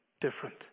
different